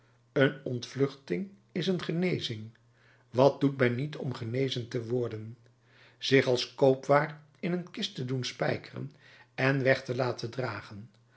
een ontvluchting is een genezing wat doet men niet om genezen te worden zich als koopwaar in een kist te doen spijkeren en weg te laten dragen